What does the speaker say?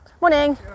Morning